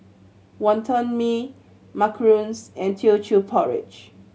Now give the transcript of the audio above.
Wonton Mee macarons and Teochew Porridge